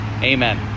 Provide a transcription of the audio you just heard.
Amen